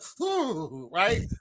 right